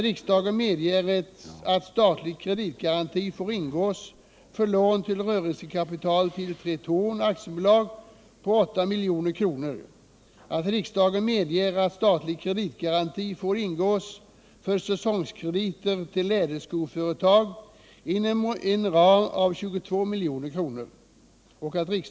Jag yrkar bifall till utskottets hemställan i alla delar.